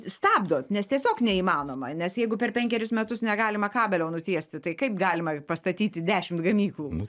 stabdot nes tiesiog neįmanoma nes jeigu per penkerius metus negalima kabelio nutiesti tai kaip galima pastatyti dešimt gamyklų